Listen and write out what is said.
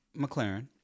McLaren